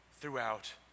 throughout